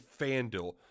FanDuel